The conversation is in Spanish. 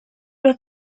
los